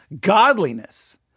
Godliness